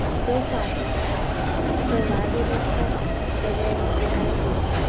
so soft is their accent, so lively their expression, so various their attitudes,